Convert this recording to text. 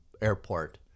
airport